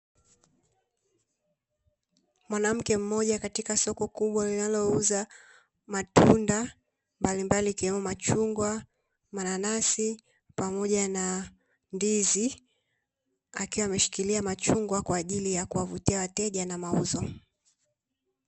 Mwanamke mmoja katika soko kubwa linalouza matunda mbalimbali ikiwemo machungwa, mananasi pamoja na ndizi; akiwa ameshikilia machungwa kwa ajili ya kuwavutia wateja na mauzo.